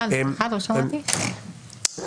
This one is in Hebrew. אני